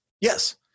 Yes